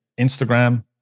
Instagram